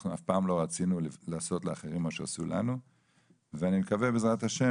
אנחנו אף פעם לא רצינו לעשות לאחרים מה שעשו לנו ואני מקווה בעזרת ה'